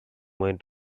went